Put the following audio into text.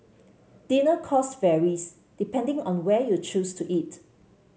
dinner cost varies depending on where you choose to eat